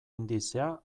indizea